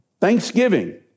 Thanksgiving